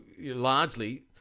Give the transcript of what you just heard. largely